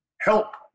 help